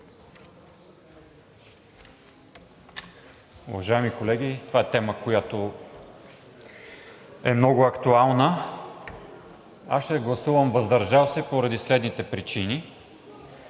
Уважаеми колеги! Това е тема, която е много актуална. Аз ще гласувам „въздържал се“ поради следните причини.